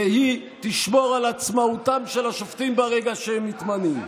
והיא תשמור על עצמאותם של השופטים ברגע שהם יתמנו.